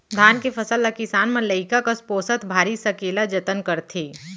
धान के फसल ल किसान मन लइका कस पोसत भारी सकेला जतन करथे